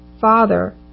Father